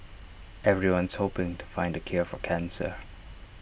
everyone's hoping to find the cure for cancer